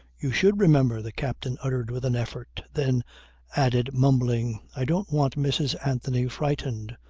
you should remember, the captain uttered with an effort. then added mumbling i don't want mrs. anthony frightened.